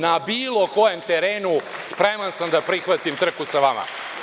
Na bilo kojem terenu spreman sam da prihvatim trku sa vama.